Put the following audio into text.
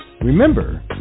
Remember